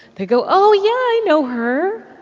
they go, oh, yeah. i know her.